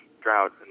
drought